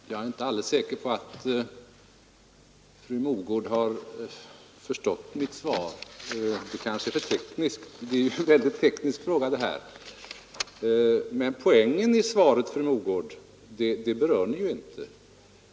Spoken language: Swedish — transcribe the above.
Herr talman! Jag är inte alldeles säker på att fru Mogård har förstått mitt svar. Det kanske är för tekniskt — detta är ju en väldigt teknisk fråga. Men poängen i svaret, fru Mogård, berör Ni ju inte.